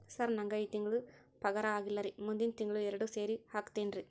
sir ನಂಗ ಈ ತಿಂಗಳು ಪಗಾರ ಆಗಿಲ್ಲಾರಿ ಮುಂದಿನ ತಿಂಗಳು ಎರಡು ಸೇರಿ ಹಾಕತೇನ್ರಿ